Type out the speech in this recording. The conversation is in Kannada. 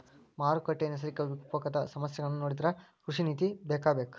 ಮಾರುಕಟ್ಟೆ, ನೈಸರ್ಗಿಕ ವಿಪಕೋಪದ ಸಮಸ್ಯೆಗಳನ್ನಾ ನೊಡಿದ್ರ ಕೃಷಿ ನೇತಿ ಬೇಕಬೇಕ